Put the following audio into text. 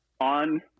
on